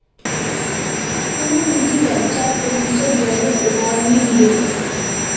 कुनु निजी बैंक चार प्रतिशत ब्याजेर उधार नि दीबे तोक